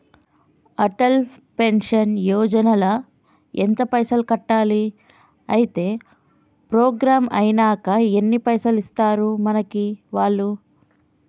Atal pension Yojana ల ఎంత పైసల్ కట్టాలి? అత్తే ప్రోగ్రాం ఐనాక ఎన్ని పైసల్ ఇస్తరు మనకి వాళ్లు?